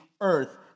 earth